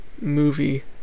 movie